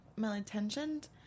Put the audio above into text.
malintentioned